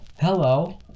Hello